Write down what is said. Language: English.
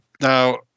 Now